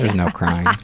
no crying.